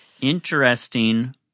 Interesting